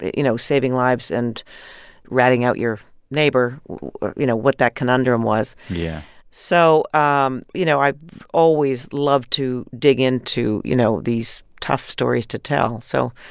you know, saving lives and ratting out your neighbor you know, what that conundrum was yeah so, um you know, i always love to dig into, you know, these tough stories to tell. so.